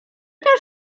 też